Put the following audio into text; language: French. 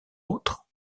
autres